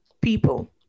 people